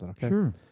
Sure